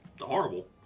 horrible